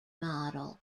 model